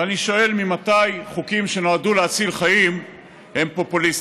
ואני שואל: ממתי חוקים שנועדו להציל חיים הם פופוליסטיים?